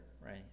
right